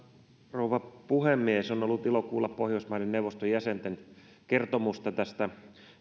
rouva puhemies on ollut ilo kuulla pohjoismaiden neuvoston jäsenten kertomusta tästä